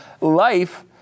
Life